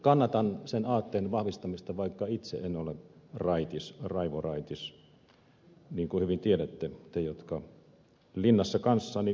kannatan sen aatteen vahvistamista vaikka itse en ole raivoraitis niin kuin hyvin tiedätte te jotka linnassa kanssani boolia maistelitte